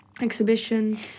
exhibition